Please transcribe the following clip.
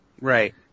right